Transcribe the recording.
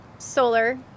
solar